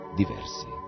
diversi